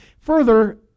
Further